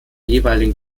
jeweiligen